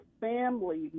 family